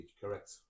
correct